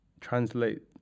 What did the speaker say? translate